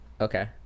Okay